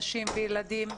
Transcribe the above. נשים וילדים.